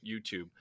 YouTube